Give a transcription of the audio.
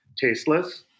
tasteless